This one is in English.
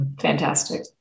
Fantastic